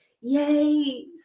Yay